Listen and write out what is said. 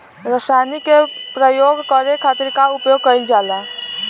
रसायनिक के प्रयोग करे खातिर का उपयोग कईल जाला?